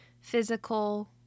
physical